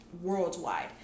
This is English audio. worldwide